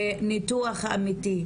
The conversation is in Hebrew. בניתוח אמיתי,